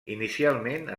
inicialment